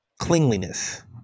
clingliness